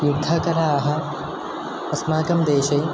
युद्धकलाः अस्माकं देशे